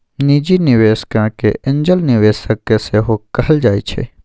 निजी निबेशक केँ एंजल निबेशक सेहो कहल जाइ छै